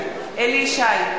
ישי,